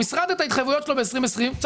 המשרד צריך לשלם את ההתחייבויות שלו ב-2020 כי